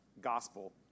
Gospel